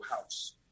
house